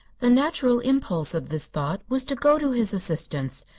the natural impulse of this thought was to go to his assistance.